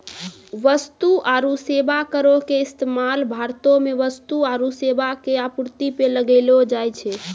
वस्तु आरु सेबा करो के इस्तेमाल भारतो मे वस्तु आरु सेबा के आपूर्ति पे लगैलो जाय छै